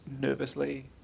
nervously